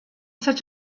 such